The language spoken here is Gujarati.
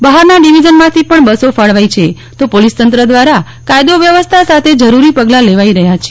બહારના ડીવીઝનમાંથી પણ બસો ફાળવાઈ છે તો પોલીસ તંત્ર દ્વારા કાયદો વ્યવસ્થા સાથે જરૂરી પગલા લેવાઈ રહ્યા છે